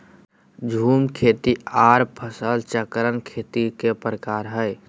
झूम खेती आर फसल चक्रण खेती के प्रकार हय